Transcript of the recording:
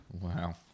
Wow